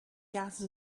gases